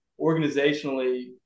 organizationally